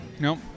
Nope